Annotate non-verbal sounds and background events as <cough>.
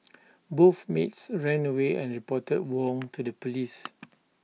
<noise> both maids ran away and reported Wong to the Police